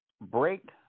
break